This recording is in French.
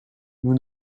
nous